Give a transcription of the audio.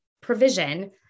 provision